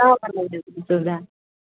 कहाँपर मिलतय सुविधा